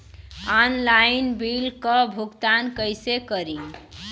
Online bill क भुगतान कईसे करी?